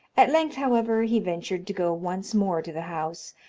at length, however, he ventured to go once more to the house,